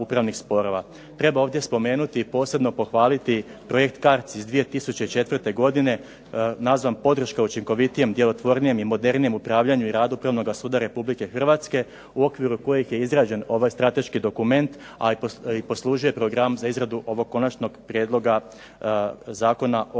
Treba ovdje spomenuti i posebno pohvaliti projekt "CARDS" iz 2004. godine nazvan "Podrška učinkovitijem, djelotvornijem i modernijem upravljanju i radu Upravnoga suda RH" u okviru kojeg je izrađen ovaj strateški dokument, a i poslužio je program za izradu ovog konačnog prijedloga Zakona o